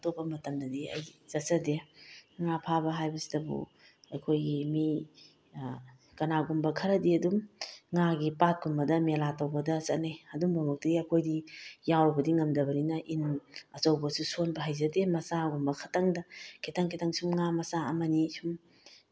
ꯑꯇꯣꯞꯄ ꯃꯇꯝꯗꯗꯤ ꯑꯩ ꯆꯠꯆꯗꯦ ꯉꯥ ꯐꯥꯕ ꯍꯥꯏꯕꯁꯤꯗꯕꯨ ꯑꯩꯈꯣꯏꯒꯤ ꯃꯤ ꯀꯅꯥꯒꯨꯝꯕ ꯈꯔꯗꯤ ꯑꯗꯨꯝ ꯉꯥꯒꯤ ꯄꯥꯠꯀꯨꯝꯕꯗ ꯃꯦꯂꯥ ꯇꯧꯕꯗ ꯆꯠꯅꯩ ꯑꯗꯨꯒꯨꯝꯕ ꯃꯐꯝꯗꯤ ꯑꯩꯈꯣꯏꯗꯤ ꯌꯥꯎꯔꯨꯕꯗꯤ ꯉꯝꯗꯕꯅꯤꯅ ꯏꯟ ꯑꯆꯧꯕꯁꯨ ꯁꯣꯟꯕꯁꯨ ꯍꯩꯖꯗꯦ ꯃꯆꯥꯒꯨꯝꯕ ꯈꯇꯪꯗ ꯈꯤꯇꯪ ꯈꯤꯇꯪ ꯁꯨꯝ ꯉꯥ ꯃꯆꯥ ꯑꯃꯅꯤ ꯁꯨꯝ